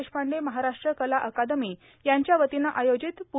Deshpande Maharashtra Kala academy यांच्या वतीनं आयोजित प्